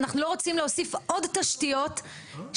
אנחנו לא רוצים להוסיף עוד תשתיות שאולי